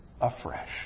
afresh